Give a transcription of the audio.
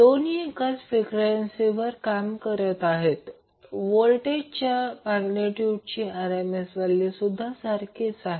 दोन्ही एकाच फ्रिक्वेन्सीवर काम करत आहेत आणि व्होल्टेजच्या मॅग्नेट्यूडची RMS व्हॅल्यूसुद्धा सारखीच आहे